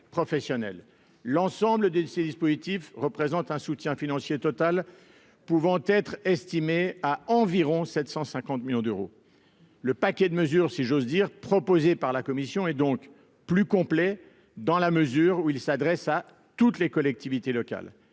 L'ensemble de ces dispositifs représente un soutien financier total d'environ 750 millions d'euros. Le paquet de mesures, si j'ose dire, proposé par la commission est plus complet que le texte initial dans la mesure où il s'adresse à toutes les collectivités locales.